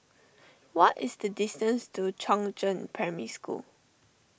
what is the distance to Chongzheng Primary School